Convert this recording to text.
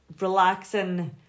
relaxing